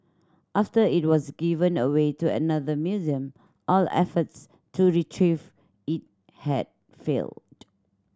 after it was given away to another museum all efforts to retrieve it had failed